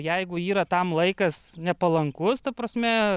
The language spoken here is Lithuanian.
jeigu yra tam laikas nepalankus ta prasme